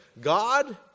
God